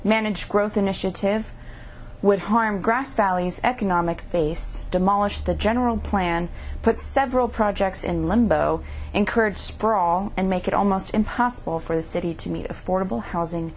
manage growth initiative would harm grass valley economic base demolish the general plan put several projects in limbo encourage sprawl and make it almost impossible for the city to meet affordable housing